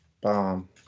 Bomb